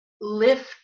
lift